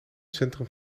centrum